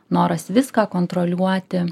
noras viską kontroliuoti